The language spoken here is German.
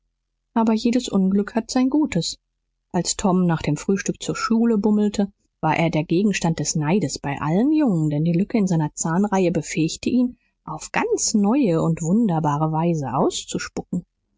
aber jedes unglück hat sein gutes als tom nach dem frühstück zur schule bummelte war er der gegenstand des neides bei allen jungen denn die lücke in seiner zahnreihe befähigte ihn auf ganz neue und wunderbare weise auszuspucken